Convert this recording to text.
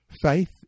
Faith